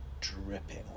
dripping